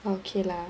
okay lah